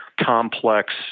complex